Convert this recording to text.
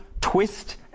twist